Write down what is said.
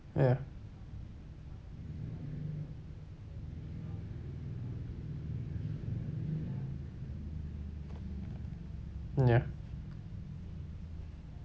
ya ya